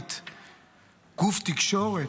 דמוקרטית גוף תקשורת,